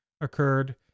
occurred